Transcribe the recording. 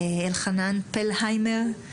אלחנן פלהיימר,